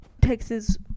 Texas